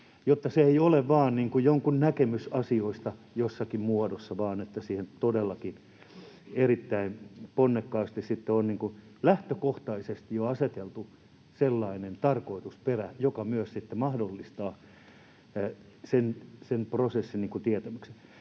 jotta se ei ole vain niin kuin jonkun näkemys asioista jossakin muodossa, vaan että siihen todellakin erittäin ponnekkaasti on jo lähtökohtaisesti aseteltu sellainen tarkoitusperä, joka myös mahdollistaa sitten sen prosessin tietämyksen.